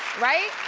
right?